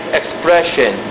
expression